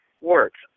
Works